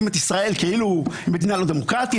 את ישראל כאילו היא מדינה לא דמוקרטית,